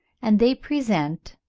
and they present,